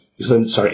Sorry